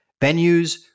venues